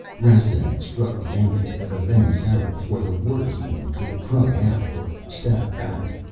rastignac struck the amphib with a venomous arrow before the water-human could cry out or stab back.